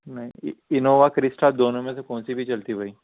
نئی Innova Crysta دونوں میں سے کون سی بھی چلتی بھائی